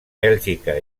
bèlgica